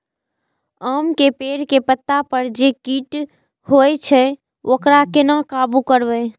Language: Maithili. आम के पेड़ के पत्ता पर जे कीट होय छे वकरा केना काबू करबे?